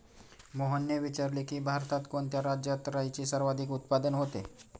मोहनने विचारले की, भारतात कोणत्या राज्यात राईचे सर्वाधिक उत्पादन होते?